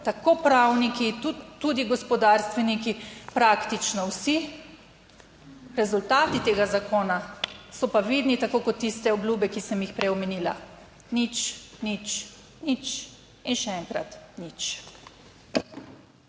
tako pravniki, tudi gospodarstveniki, praktično vsi, rezultati tega zakona so pa vidni, tako kot tiste obljube, ki sem jih prej omenila, nič, nič, nič in še enkrat nič.